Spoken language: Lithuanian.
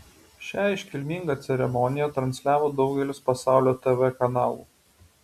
šią iškilmingą ceremoniją transliavo daugelis pasaulio tv kanalų